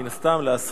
מן הסתם לעסוק